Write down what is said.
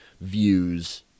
views